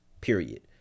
period